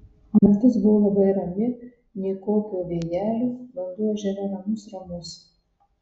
naktis buvo labai rami nė kokio vėjelio vanduo ežere ramus ramus